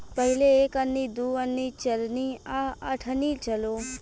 पहिले एक अन्नी, दू अन्नी, चरनी आ अठनी चलो